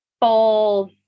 full